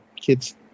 kids